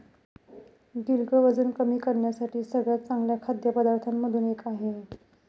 गिलक वजन कमी करण्यासाठी सगळ्यात चांगल्या खाद्य पदार्थांमधून एक आहे